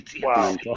Wow